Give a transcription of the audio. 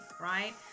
right